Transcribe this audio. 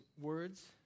words